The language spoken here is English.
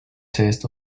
taste